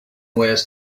wears